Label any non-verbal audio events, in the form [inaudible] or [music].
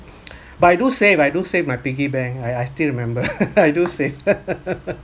but I do save I do save my piggy bank I I still remember [laughs] I do save [laughs]